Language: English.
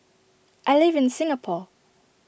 I live in Singapore